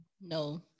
No